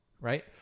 right